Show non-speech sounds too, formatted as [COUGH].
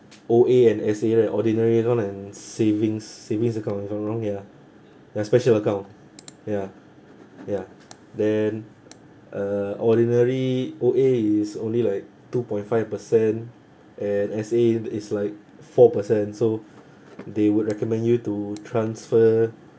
O_A and S_A right ordinary loan and savings savings account if I am not wrong ya like special account special account ya ya then uh ordinary O_A is only like two point five percent and S_A is like four percent so [BREATH] they would recommend you to transfer